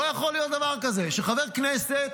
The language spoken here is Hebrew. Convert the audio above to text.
לא יכול להיות דבר כזה שחבר כנסת